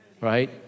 Right